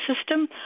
system